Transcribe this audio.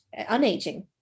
unaging